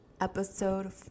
episode